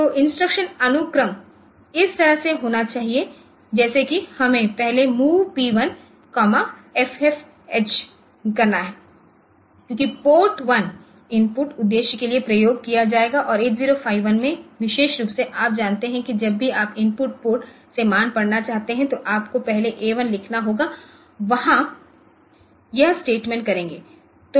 तो इंस्ट्रक्शन अनुक्रम इस तरह से होना चाहिए जैसे कि हमें पहले mov p1 FFH करना है क्योंकि पोर्ट1 इनपुट उद्देश्य के लिए उपयोग किया जाएगा और 8051 में विशेष रूप से आप जानते हैं कि जब भी आप इनपुट पोर्ट से मान पढ़ना चाहते हैं तो आपको पहले A1 लिखना होगा वहाँ यह स्टेटमेंट करेगा